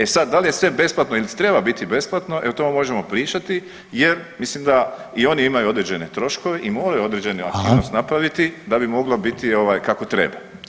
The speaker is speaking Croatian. E sad da li je sve besplatno ili treba biti besplatno o tome možemo pričati jer mislim da i oni imaju određen troškove i moraju određenu aktivnost [[Upadica Reiner: Hvala.]] napraviti da bi moglo biti kako treba.